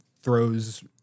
throws